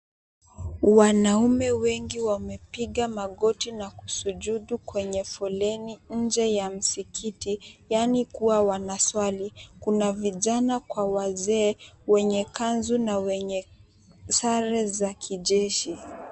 Wanaume wengi wamepiga magoti na kusujudu kwenye foleni nje ya mskiti, yani kuwa waswali. Kuna vijana na wazee wenye kanzu na wenye sare za kijeshi.